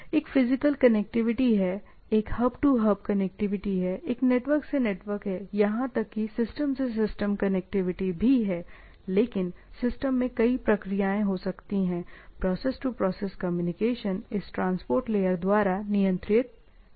एक physical connectivity है एक हब टू हब कनेक्टिविटी है एक नेटवर्क से नेटवर्क है यहां तक कि सिस्टम से सिस्टम कनेक्टिविटी भी है लेकिन सिस्टम में कई प्रक्रियाएं हो सकती हैं प्रोसेस टू प्रोसेस कम्युनिकेशन इस ट्रांसपोर्ट लेयर द्वारा नियंत्रित किया जाता है